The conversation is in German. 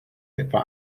etwa